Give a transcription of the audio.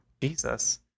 jesus